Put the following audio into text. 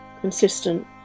consistent